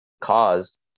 caused